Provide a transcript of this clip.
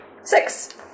Six